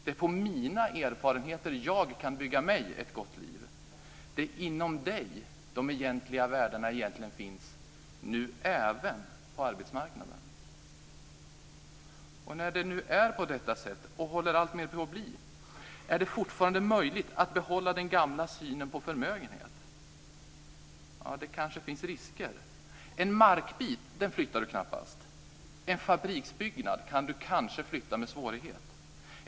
Det är på mina erfarenheter jag kan bygga mig ett gott liv. Det är inom dig de egentliga värdena finns, nu även på arbetsmarknaden. När det nu är på detta sätt, är det fortfarande möjligt att behålla den gamla synen på förmögenhet? Ja, det kanske finns risker. En markbit kan man knappast flytta. En fabriksbyggnad kan kanske flyttas med svårighet.